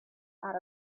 out